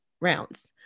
rounds